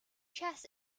chess